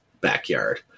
backyard